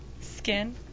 skin